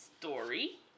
story